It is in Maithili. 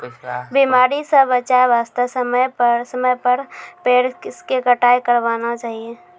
बीमारी स बचाय वास्तॅ समय समय पर पेड़ के छंटाई करवाना चाहियो